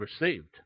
received